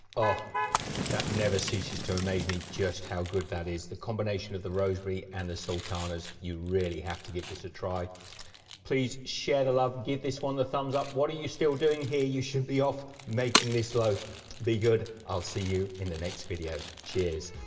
ahh that never ceases to amaze me just how good that is the combination of the rosemary and the sultanas you really have to give this a try please share the love give this one the thumbs up. what are you still doing here? you should be off making this loaf be good i'll see you in the next video cheers